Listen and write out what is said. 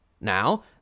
Now